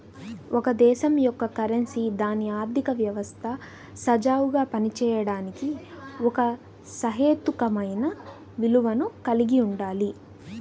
ఒక దేశం యొక్క కరెన్సీ దాని ఆర్థిక వ్యవస్థ సజావుగా పనిచేయడానికి ఒక సహేతుకమైన విలువను కలిగి ఉండాలి